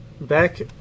back